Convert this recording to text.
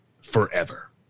forever